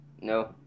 No